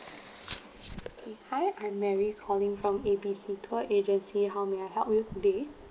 hi I'm mary calling from A B C tour agency how may I help you today